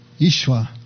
Yeshua